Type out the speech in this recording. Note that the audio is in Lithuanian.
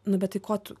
nu bet tai ko tu